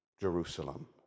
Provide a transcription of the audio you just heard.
Jerusalem